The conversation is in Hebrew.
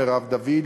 מרב דוד,